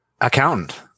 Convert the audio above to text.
Accountant